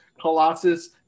Colossus